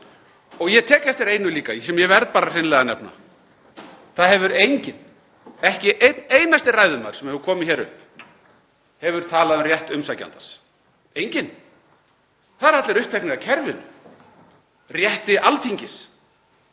Ég tek eftir einu líka, sem ég verð hreinlega að nefna: Það hefur enginn, ekki einn einasti ræðumaður sem hefur komið hingað upp, talað um rétt umsækjandans. Enginn. Það eru allir uppteknir af kerfinu, rétti Alþingis.